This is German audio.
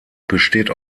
besteht